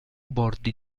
bordi